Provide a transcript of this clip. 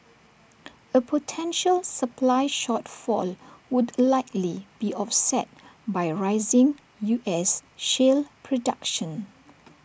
A potential supply shortfall would likely be offset by rising U S shale production